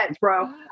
bro